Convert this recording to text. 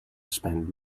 spend